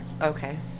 Okay